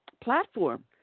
platform